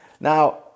Now